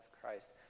Christ